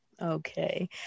Okay